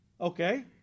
Okay